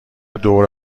دوره